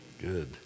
Good